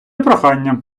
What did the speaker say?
прохання